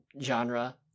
genre